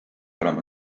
olema